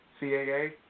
CAA